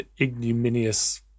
ignominious